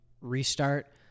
restart